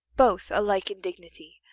both alike in dignity,